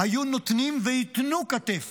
היו נותנים וייתנו כתף